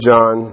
John